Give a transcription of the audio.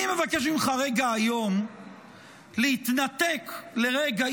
אני מבקש ממך היום להתנתק לרגע,